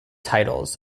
titles